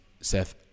Seth